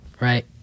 right